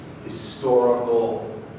historical